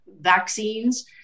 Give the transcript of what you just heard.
vaccines